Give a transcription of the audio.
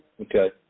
Okay